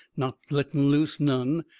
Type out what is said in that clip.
not letting loose none.